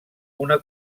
una